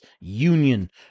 union